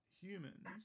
humans